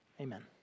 Amen